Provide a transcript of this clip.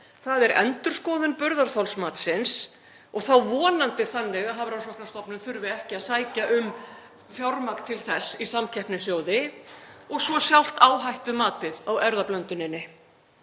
Það er endurskoðun burðarþolsmatsins og þá vonandi þannig að Hafrannsóknastofnun þurfi ekki að sækja um fjármagn til þess í samkeppnissjóði, og svo sjálft áhættumatið á erfðablönduninni.